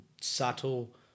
subtle